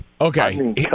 Okay